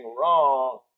wrong